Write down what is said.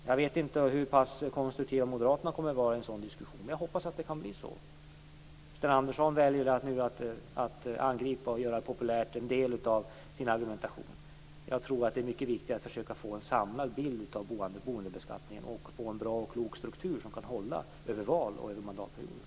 Jag vet inte hur pass konstruktiva moderaterna kommer att vara i en sådan diskussion, men jag hoppas att de kan vara det. Sten Andersson väljer nu att angripa och göra en del av sin argumentation populär. Jag tror att det är mycket viktigare att försöka att få en samlad bild av boendebeskattningen och få en god struktur som kan hålla över val och mandatperioder.